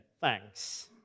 Thanks